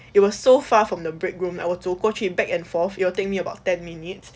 it was so far from the break room like 走过去 back and forth it will take me about ten minutes